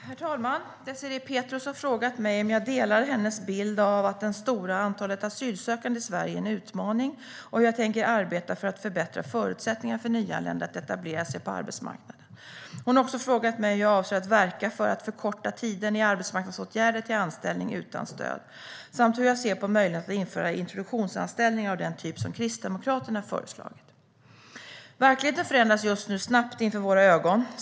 Herr talman! Désirée Pethrus har frågat mig om jag delar hennes bild att det stora antalet asylsökande i Sverige är en utmaning och hur jag tänker arbeta för att förbättra förutsättningarna för nyanlända att etablera sig på arbetsmarknaden. Hon har också frågat mig hur jag avser att verka för att förkorta tiden i arbetsmarknadsåtgärder till anställning utan stöd samt hur jag ser på möjligheten att införa introduktionsanställningar av den typ som Kristdemokraterna föreslagit. Verkligheten förändras just nu snabbt inför våra ögon.